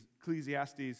Ecclesiastes